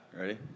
Ready